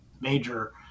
major